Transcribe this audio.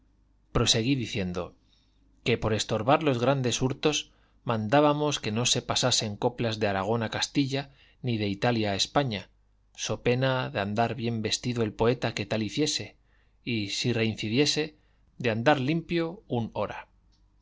proseguí diciendo que por estorbar los grandes hurtos mandábamos que no se pasasen coplas de aragón a castilla ni de italia a españa so pena de andar bien vestido el poeta que tal hiciese y si reincidiese de andar limpio un hora